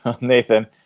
Nathan